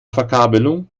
verkabelung